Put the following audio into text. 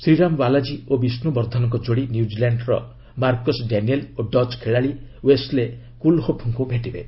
ଶ୍ରୀରାମ ବାଲାଜୀ ଓ ବଷ୍ତବର୍ଦ୍ଧନଙ୍କ ଯୋଡ଼ି ନ୍ୟୁଜିଲ୍ୟାଣ୍ଡର ମାର୍କସ୍ ଡାନିଏଲ୍ ଓ ଡଚ୍ ଖେଳାଳି ଓ୍ବେସ୍ଲେ କୁଲ୍ହୋଫ୍ଙ୍କ ଭେଟିବେ